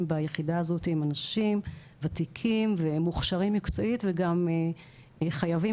ביחידה הזאת הם אנשים ותיקים ומוכשרים מקצועית וגם חייבים